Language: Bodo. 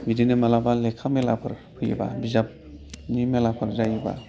बिदिनो माब्लाबा लेखानि मेलाफोर फैयोबा बिजाबनि मेलाफोर जायोबा